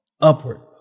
upward